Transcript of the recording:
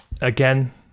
Again